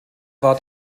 war